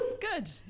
Good